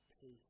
Peace